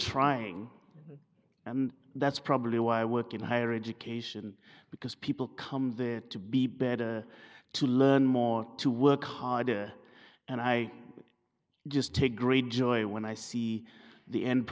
trying and that's probably why i work in higher education because people come to be better to learn more to work harder and i just take great joy when i see the end